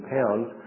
Pounds